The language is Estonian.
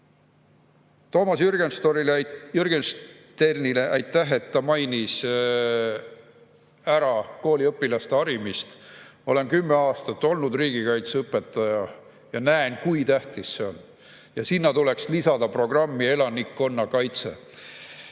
Toomas Jürgensteinile aitäh, et ta mainis ära kooliõpilaste harimist. Olen kümme aastat olnud riigikaitse õpetaja ja näen, kui tähtis see on. Sinna programmi tuleks lisada elanikkonnakaitse.